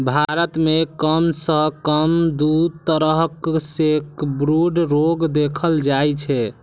भारत मे कम सं कम दू तरहक सैकब्रूड रोग देखल जाइ छै